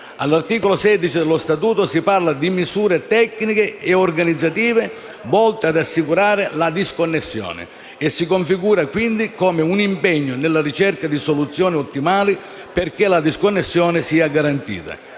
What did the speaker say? all’articolo 16 del provvedimento si parla di: «misure tecniche e organizzative necessarie per assicurare la disconnessione» e si configura, quindi, come un impegno nella ricerca di soluzioni ottimali perché la disconnessione sia garantita.